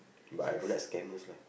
but I don't like scammers lah